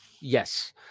yes